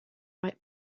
right